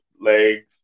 legs